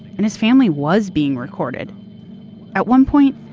and his family was being recorded at one point,